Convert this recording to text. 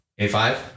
A5